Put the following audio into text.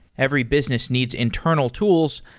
every business needs internal tools,